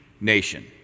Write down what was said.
nation